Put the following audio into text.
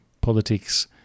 politics